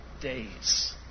days